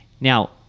now